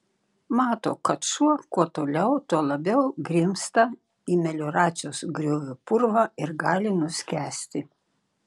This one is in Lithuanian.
mato kad šuo kuo toliau tuo labiau grimzta į melioracijos griovio purvą ir gali nuskęsti